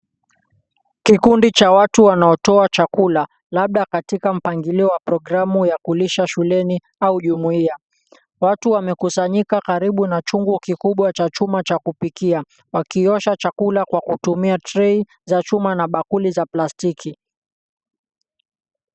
Kikundi cha watu wanaotoa chakula labda katika mpangilio wa programu ya kulisha shuleni au jumuiya. Watu wamekusanyika karibu na chungu kikubwa cha chuma cha kupikia wakiosha chakula kwa kutumia tray za chuma na bakuli za plastiki.